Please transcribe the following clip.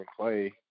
Clay